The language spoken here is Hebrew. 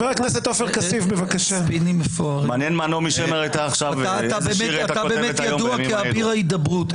אתה באמת ידוע כאביר ההידברות.